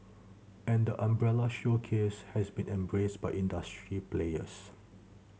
and the umbrella showcase has been embraced by industry players